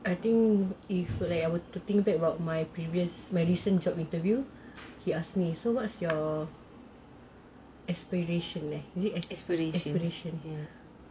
I think if I were to think back about my previous recent job interview you ask me so what's your aspiration